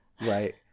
Right